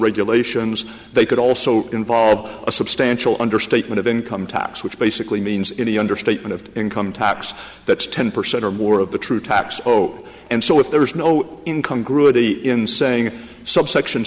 regulations they could also involve a substantial understatement of income tax which basically means any under statement of income tax that ten percent or more of the true tax oh and so if there is no income group in saying subsection